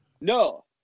No